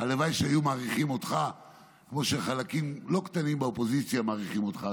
הלוואי שהיו מעריכים אותך כמו שחלקים לא קטנים באופוזיציה מעריכים אותך,